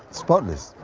spotless,